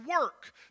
work